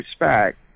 respect